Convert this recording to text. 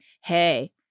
Hey